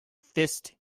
fist